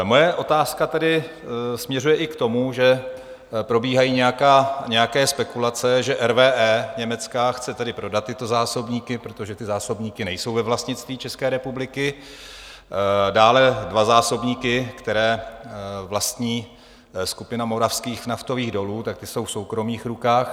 Moje otázka tedy směřuje i k tomu, že probíhají nějaké spekulace, že německá RWE chce prodat tyto zásobníky protože ty zásobníky nejsou ve vlastnictví České republiky dále dva zásobníky, které vlastní skupina moravských naftových dolů, jsou v soukromých rukách.